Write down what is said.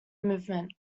movement